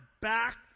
back